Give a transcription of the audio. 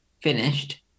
finished